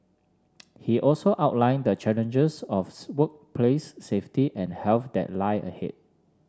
he also outlined the challenges of workplace safety and health that lie ahead